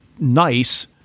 nice